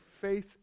faith